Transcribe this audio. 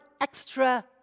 extra